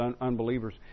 unbelievers